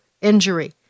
injury